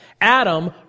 Adam